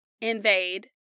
invade